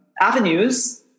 avenues